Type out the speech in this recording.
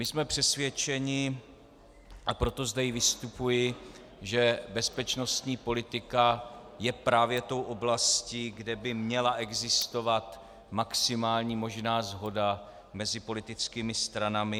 Jsme přesvědčeni, a proto zde i vystupuji, že bezpečnostní politika je právě tou oblastí, kde by měla existovat maximální možná shoda mezi politickými stranami.